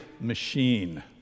machine